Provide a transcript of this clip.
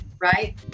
right